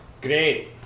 Great